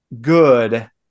good